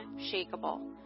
unshakable